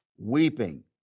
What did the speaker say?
Weeping